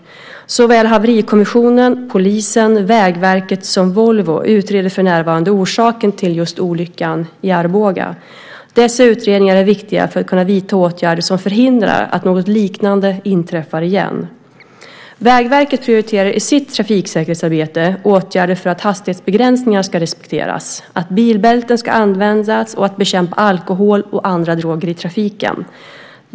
Såväl Haverikommissionen, polisen, Vägverket som Volvo utreder för närvarande orsaken till olyckan i Arboga. Dessa utredningar är viktiga för att kunna vidta åtgärder som förhindrar att något liknande inträffar igen. Vägverket prioriterar i sitt trafiksäkerhetsarbete åtgärder för att hastighetsbegränsningar ska respekteras, att bilbälten ska användas och att bekämpa alkohol och andra droger i trafiken.